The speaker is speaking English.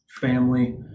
family